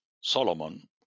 Solomon